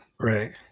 right